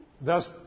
Thus